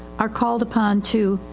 are called upon to,